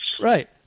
Right